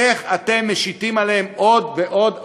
איך אתם משיתים עליהם עוד ועוד הוצאות?